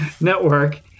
Network